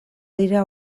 dira